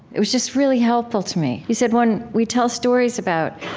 it was just really helpful to me. you said, when we tell stories about,